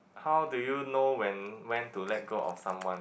how do you know when went to let go of someone